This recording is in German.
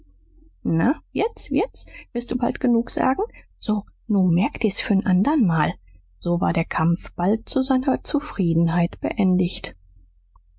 na wird's wird's wirst du bald genug sagen so nu merk's dir für n andermal so war der kampf bald zu seiner zufriedenheit beendigt